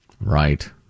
Right